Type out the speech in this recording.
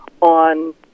on